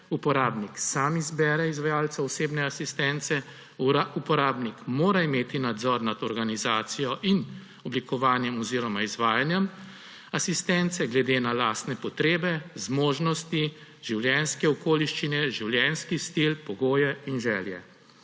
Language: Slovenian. uporabnik sam izbere izvajalca osebne asistence, uporabnik mora imeti nadzor nad organizacijo in oblikovanjem oziroma izvajanjem asistence glede na lastne potrebe, zmožnosti, življenjske okoliščine, življenjski stil, pogoje in želje.